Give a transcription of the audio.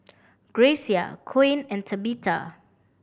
Grecia Coen and Tabitha